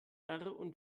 und